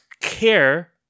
care